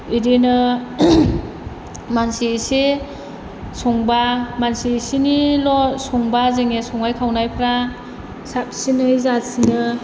बिदिनो मानसि एसे संबा मानसि एसेनिल' संबा जोंनि संनाय खावनायफ्रा साबसिनै जासिनो